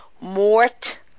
mort